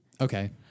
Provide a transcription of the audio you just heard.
Okay